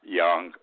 young